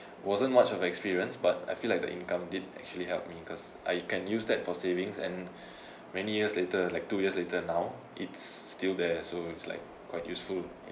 wasn't much of experience but I feel like the income did actually helped me because I can use that for savings and many years later like two years later now it's still there so it's like quite useful